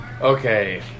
Okay